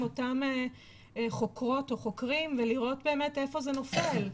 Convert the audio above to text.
אותם חוקרות או חוקרים ולראות באמת איפה זה נופל?